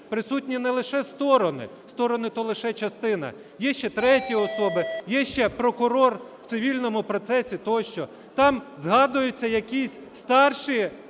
присутні не лише сторони, сторони то лише частина, є ще треті особи, є ще прокурор в цивільному процесі тощо, там згадуються якісь старші